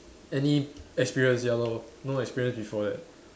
any experience ya lor no experience before that